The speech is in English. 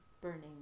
burning